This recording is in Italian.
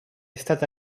stata